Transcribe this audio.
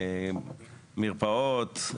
מרפאות,